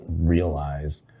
realize